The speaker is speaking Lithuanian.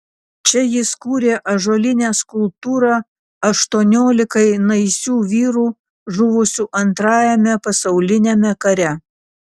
čia jis kūrė ąžuolinę skulptūrą aštuoniolikai naisių vyrų žuvusių antrajame pasauliniame kare